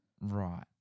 Right